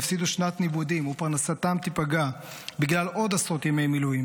יפסידו שנת לימודים ופרנסתם תיפגע בגלל עוד עשרות ימי מילואים,